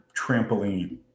trampoline